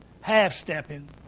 half-stepping